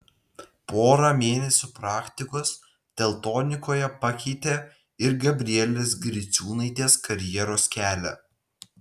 pora mėnesių praktikos teltonikoje pakeitė ir gabrielės griciūnaitės karjeros kelią